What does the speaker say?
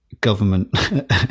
government